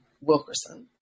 Wilkerson